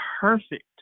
perfect